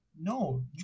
no